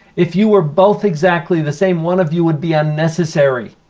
if you were both exactly the same, one of you would be unnecessary.